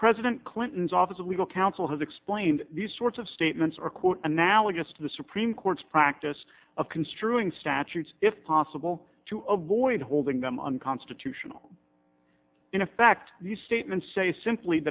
president clinton's office of legal counsel has and these sorts of statements are quote analogous to the supreme court's practice of construing statutes if possible to avoid holding them unconstitutional in effect these statements say simply